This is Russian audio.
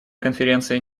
конференция